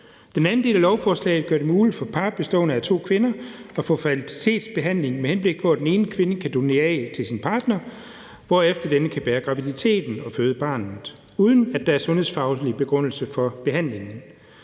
Den anden del af lovforslaget gør det muligt for par bestående af to kvinder at få fertilitetsbehandling, med henblik på at den ene kvinde kan donere æg til sin partner, hvorefter denne kan bære graviditeten og føde barnet, uden at der er sundhedsfaglig begrundelse for behandlingen.